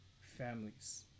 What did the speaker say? families